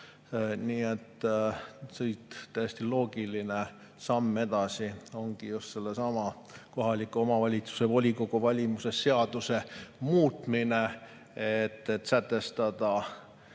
ole lubatud. Täiesti loogiline samm siit edasi ongi sellesama kohaliku omavalitsuse volikogu valimise seaduse muutmine, et sätestada